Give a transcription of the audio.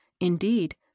Indeed